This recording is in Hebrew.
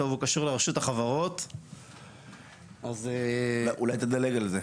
הוא קשור לרשות החברות --- אולי תדלג על זה.